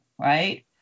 right